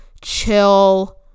chill